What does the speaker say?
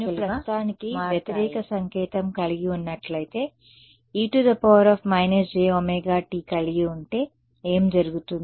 sorry నేను ప్రస్తుతానికి వ్యతిరేక సంకేతం కలిగి ఉన్నట్లైతే e−jωt కలిగి ఉంటే ఏం జరుగుతుందో